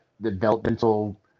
developmental